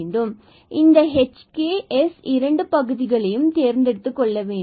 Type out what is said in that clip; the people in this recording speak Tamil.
நாம் இந்த hk and s இரண்டு பகுதிகளையும் தேர்ந்தெடுத்து கொள்ள வேண்டும்